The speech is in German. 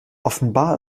offenbar